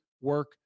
work